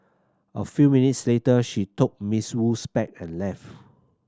a few minutes later she took Miss Wu's bag and left